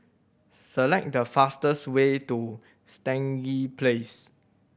select the fastest way to Stangee Place